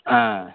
ஆ